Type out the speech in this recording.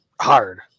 hard